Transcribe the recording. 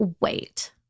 wait